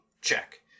Check